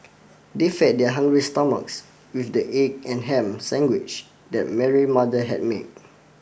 they fed their hungry stomachs with the egg and ham sandwich that Mary mother had made